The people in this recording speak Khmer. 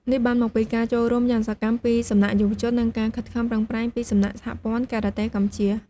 នេះបានមកពីការចូលរួមយ៉ាងសកម្មពីសំណាក់យុវជន និងការខិតខំប្រឹងប្រែងពីសំណាក់ សហព័ន្ធការ៉ាតេកម្ពុជា។